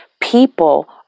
people